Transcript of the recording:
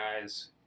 guys